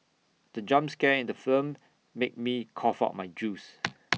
the jump scare in the film made me cough out my juice